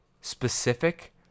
specific